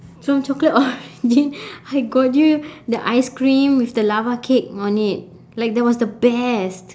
from chocolate origin I got you the ice cream with the lava cake on it like that was the best